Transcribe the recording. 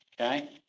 Okay